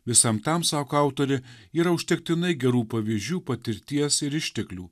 visam tam sako autorė yra užtektinai gerų pavyzdžių patirties ir išteklių